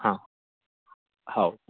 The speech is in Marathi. हां हाव